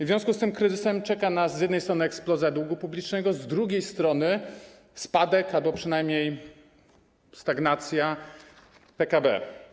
W związku z tym kryzysem czeka nas z jednej strony eksplozja długu publicznego, a z drugiej strony spadek albo przynajmniej stagnacja PKB.